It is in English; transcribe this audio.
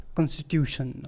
constitution